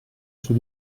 sui